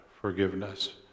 forgiveness